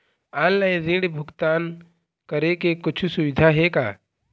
Online ऋण भुगतान करे के कुछू सुविधा हे का?